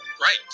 right